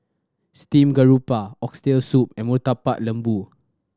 steamed garoupa Oxtail Soup and Murtabak Lembu